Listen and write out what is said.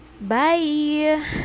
Bye